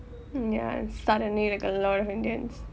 ya and suddenly like a lot of indians